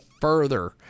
further